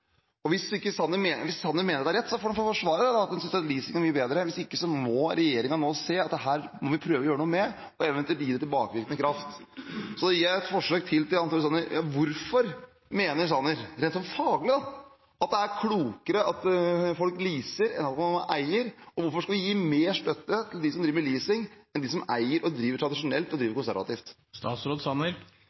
Og hvis Sanner mener at det er rett, så får han forsvare det da, at han synes at leasing er mye bedre. Hvis ikke, må regjeringen nå se at dette må vi prøve å gjøre noe med, og eventuelt gi det tilbakevendende kraft. Så da gir jeg Jan Tore Sanner et forsøk til: Hvorfor mener Sanner – rent faglig – at det er klokere at folk leaser enn at man eier, og hvorfor skal vi gi mer støtte til dem som driver med leasing, enn til dem som eier og driver tradisjonelt og driver